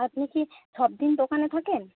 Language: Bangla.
আপনি কি সবদিন দোকানে থাকেন